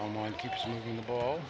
online keeps moving the ball